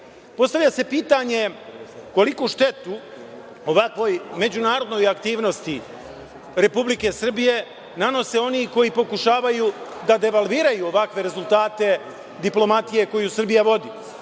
Kosova. Postavlja se pitanje koliku štetu ovakvoj međunarodnoj aktivnosti Republike Srbije nanose oni koji pokušavaju da devalviraju ovakve rezultate diplomatije koju Srbija vodi,